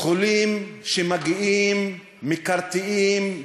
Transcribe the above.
חולים מגיעים מקרטעים,